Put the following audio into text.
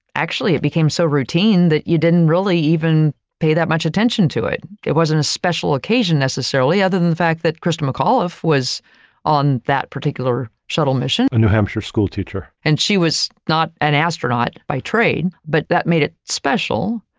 actually, it became so routine that you didn't really even pay that much attention to it. it wasn't a special occasion necessarily other than the fact that christa mcauliffe was on that particular shuttle missionrosenberg and new hampshire school teacher. and she was not an astronaut by trade, but that made it special.